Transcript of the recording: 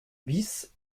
bis